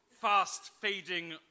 fast-fading